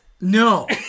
No